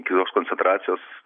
iki tos koncentracijos